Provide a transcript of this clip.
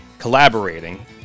Collaborating